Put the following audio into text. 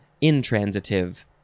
intransitive